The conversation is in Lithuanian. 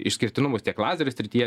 išskirtinumus tiek lazerių srityje